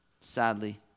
Sadly